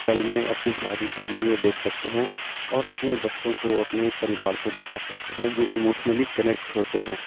کل میں اپنی شادی کی ویڈیو دیکھ سکتے ہیں اور اپنے بچوں کو اپنے پریوار کو دکھا سکتے ہیں جو ایموشنلی کنیکٹ ہوتے ہیں